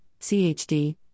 CHD